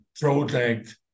project